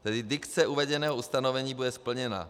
Tedy dikce uvedeného ustanovení bude splněna.